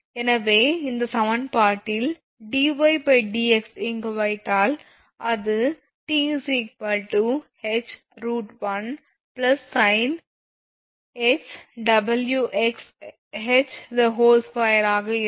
எனவே இந்த சமன்பாட்டில் 𝑑𝑦𝑑𝑥 இங்கு வைத்தால் அது 𝑇𝐻√1sinh𝑊𝑥𝐻2 ஆக இருக்கும்